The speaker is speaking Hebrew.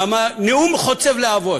נאמה נאום חוצב להבות,